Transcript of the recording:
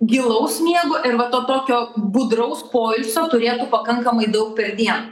gilaus miego ir va to tokio budraus poilsio turėtų pakankamai daug per dieną